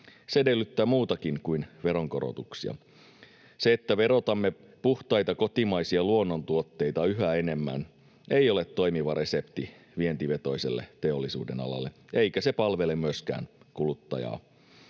Se edellyttää muutakin kuin veronkorotuksia. Se, että verotamme puhtaita kotimaisia luonnontuotteita yhä enemmän, ei ole toimiva resepti vientivetoiselle teollisuudenalalle, eikä se palvele myöskään kuluttajaa.